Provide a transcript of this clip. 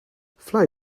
fly